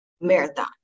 marathon